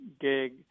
gig